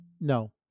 no